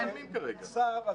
לא משלמים כרגע את המיגון.